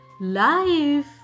life